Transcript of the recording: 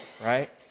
right